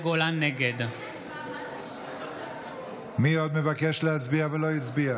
נגד מי עוד מבקש להצביע ולא הצביע?